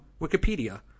Wikipedia